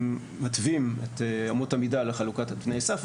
מתווים את אמות המידה לחלוקת תנאי הסף,